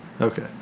Okay